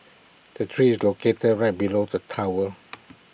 the tree is located right below the tower